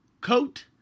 coat